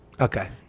okay